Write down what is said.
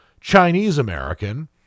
Chinese-American